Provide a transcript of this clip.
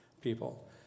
people